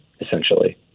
Essentially